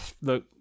Look